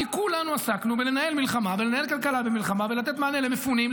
כי כולנו עסקנו בלנהל מלחמה ולנהל כלכלה במלחמה ולתת מענה למפונים,